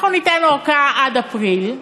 אנחנו ניתן ארכה עד אפריל,